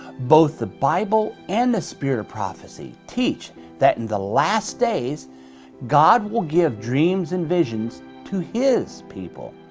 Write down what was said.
both the bible and the spirit of prophecy teach that in the last days god will give dreams and visions to his people.